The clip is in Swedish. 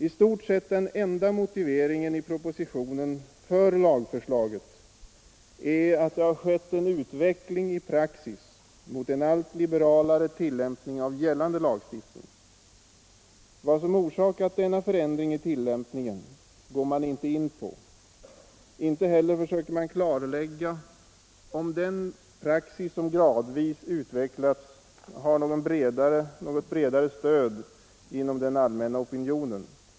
I stort sett den enda motiveringen i propositionen för lagförslaget är att det har skett en utveckling i praxis mot en allt liberalare tillämpning av gällande lagstiftning. Vad som orsakat denna förändring i tillämpningen går man inte in på. Inte heller försöker man klarlägga om den praxis som gradvis utvecklats har något bredare stöd inom den allmänna opinionen.